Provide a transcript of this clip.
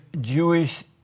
Jewish